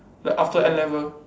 like after N level